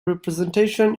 representation